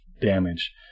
damage